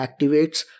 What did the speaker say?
activates